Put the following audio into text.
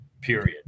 period